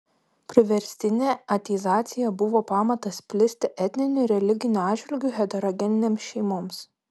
priverstinė ateizacija buvo pamatas plisti etniniu ir religiniu atžvilgiu heterogeninėms šeimoms